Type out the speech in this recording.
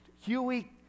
Huey